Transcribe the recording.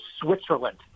Switzerland